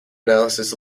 analysis